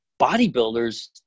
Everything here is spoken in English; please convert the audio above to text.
bodybuilders